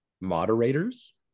moderators